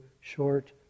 short